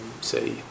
say